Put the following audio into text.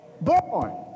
born